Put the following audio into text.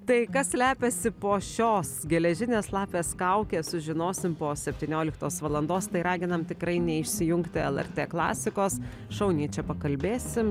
tai kas slepiasi po šios geležinės lapės kauke sužinosim po septynioliktos valandos tai raginam tikrai neišsijungti lrt klasikos šauniai čia pakalbėsim